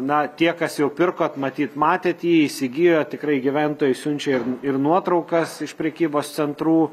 na tie kas jau pirkot matyt matėt jį įsigijot tikrai gyventojai siunčia ir ir nuotraukas iš prekybos centrų